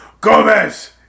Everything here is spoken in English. Gomez